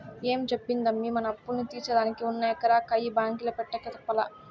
ఏం చెప్పేదమ్మీ, మన అప్పుల్ని తీర్సేదానికి ఉన్న ఎకరా కయ్య బాంకీల పెట్టక తప్పలా